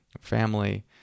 family